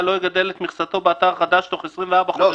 לא יגדל את כל מכסתו באתר החדש בתוך 24 חודשים" --- לא,